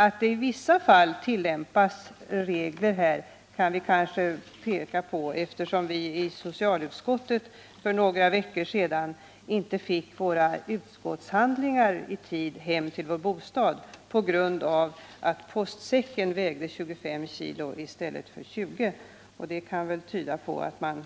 Att man i vissa fall tillämpar regler som tar hänsyn till dessa risker framgår kanske av att ledamöter av socialutskottet för några veckor sedan inte fick utskottshandlingar i tid hem till sina bostäder på grund av att postsäcken, om man hade tagit med alla dessa handlingar på en gång, skulle ha vägt över 20 kilo. Det tyder kanske på att man